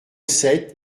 sept